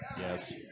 Yes